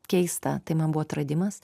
keista tai man buvo atradimas